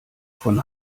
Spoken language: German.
von